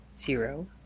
Zero